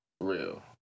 real